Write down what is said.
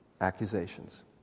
accusations